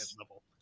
level